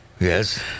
Yes